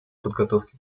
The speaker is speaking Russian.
подготовки